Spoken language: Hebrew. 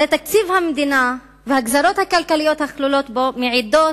הרי תקציב המדינה והגזירות הכלכליות הכלולות בו מעידים